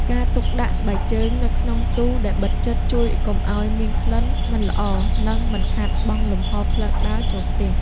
ការទុកដាក់ស្បែកជើងនៅក្នុងទូដែលបិទជិតជួយកុំឱ្យមានក្លិនមិនល្អនិងមិនខាតបង់លំហរផ្លូវដើរចូលផ្ទះ។